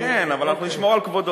מי